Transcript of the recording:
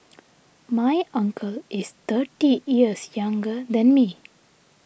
my uncle is thirty years younger than me